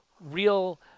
real